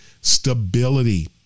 Stability